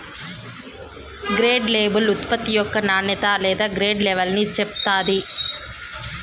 grade label ఉత్పత్తి యొక్క నాణ్యత లేదా గ్రేడ్ లెవల్ని చెప్తాది